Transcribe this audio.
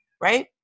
right